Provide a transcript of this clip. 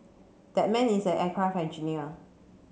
that man is an aircraft engineer